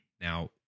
Now